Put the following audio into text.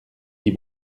dit